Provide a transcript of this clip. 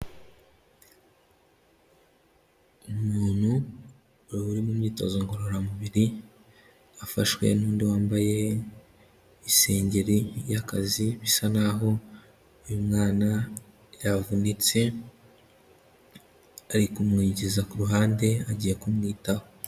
Umuntu uri mumyitozo ngororamubiri, afashwe n'undi wambaye isengeri y'akazi, bisa naho uyu mwana yavunitse, ari kumwigiza ku ruhande, agiye kumwitaho.